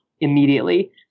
immediately